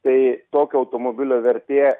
tai tokio automobilio vertė